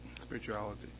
spirituality